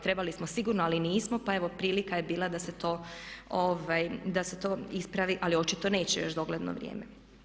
Trebali smo sigurno ali nismo, pa evo prilika je bila da se to ispravi ali očito neće još dogledno vrijeme.